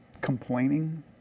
complaining